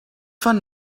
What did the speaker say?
phone